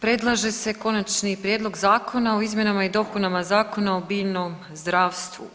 Predlaže se konačni prijedlog zakona o izmjenama i dopunama Zakona o biljnom zdravstvu.